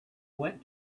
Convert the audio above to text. went